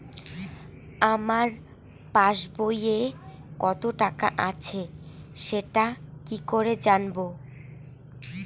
আমার পাসবইয়ে কত টাকা আছে সেটা কি করে জানবো?